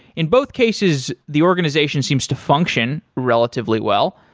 in both cases, the organization seems to function relatively well.